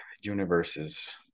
universes